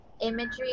imagery